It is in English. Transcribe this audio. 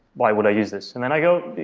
why would i use this? and then i go,